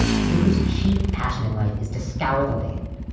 people whose chief passion in life is to scour the land,